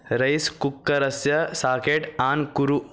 rice कुक्करस्य socket on कुरु